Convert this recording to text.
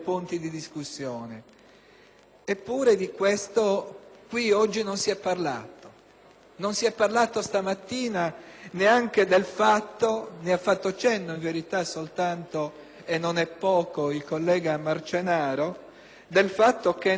Eppure di questo qui oggi non si è parlato.